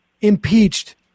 impeached